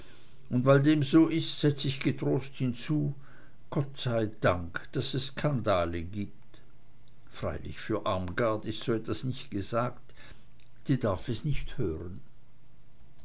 und weil dem so ist setz ich getrost hinzu gott sei dank daß es skandale gibt freilich für armgard ist so was nicht gesagt die darf es nicht hören